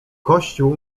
kościół